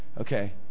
Okay